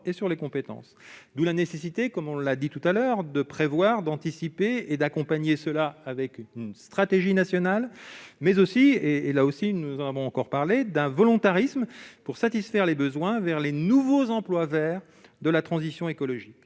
et sur les compétences, d'où la nécessité, comme on l'a dit tout à l'heure de prévoir d'anticiper et d'accompagner cela avec une stratégie nationale mais aussi, et, et, là aussi, nous en avons encore parler d'un volontarisme pour satisfaire les besoins vers les nouveaux emplois verts de la transition écologique